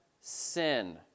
sin